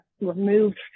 removed